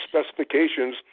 specifications